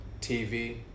TV